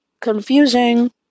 Confusing